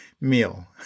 meal